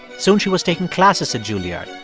soon she was taking classes at juilliard.